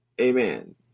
Amen